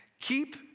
Keep